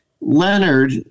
Leonard